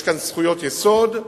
יש כאן זכויות יסוד,